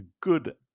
good